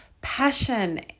passion